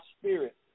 spirit